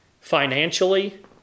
financially